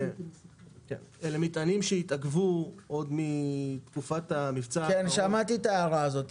אלה מטענים שהתעכבו עוד מתקופת --- שמעתי את ההערה הזאת,